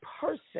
person